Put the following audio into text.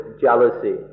jealousy